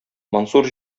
мансур